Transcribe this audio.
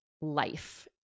life